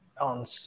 on